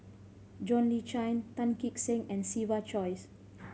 John Le Cain Tan Kee Sek and Siva Choy